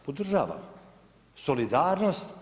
Podržavam solidarnost.